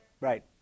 Right